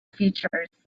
features